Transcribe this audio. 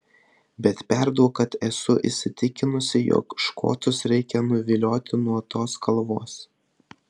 bet perduok kad esu įsitikinusi jog škotus reikia nuvilioti nuo tos kalvos